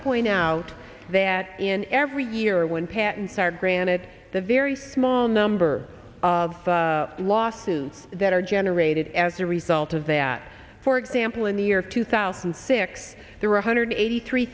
point out that in every year when pants are granted the very small number of lawsuits that are generated as a result of that for example in the year two thousand and six there were one hundred eighty three